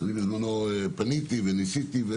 אני בזמנו פניתי וניסיתי,